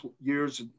years